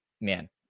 man